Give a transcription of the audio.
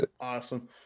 Awesome